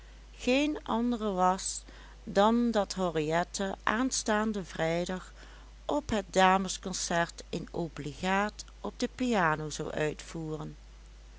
geen andere was dan dat henriette aanstaanden vrijdag op het damesconcert een obligaat op de piano zou uitvoeren